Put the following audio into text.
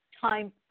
time